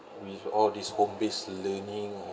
with all this home based learning